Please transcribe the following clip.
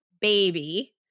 baby